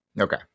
Okay